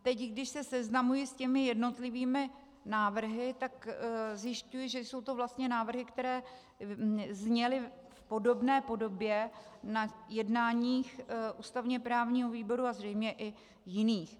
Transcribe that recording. Teď když se seznamuji s jednotlivými návrhy, tak zjišťuji, že jsou to vlastně návrhy, které zněly v podobné podobě na jednáních ústavněprávního výboru a zřejmě i jiných.